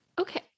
okay